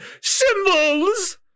Symbols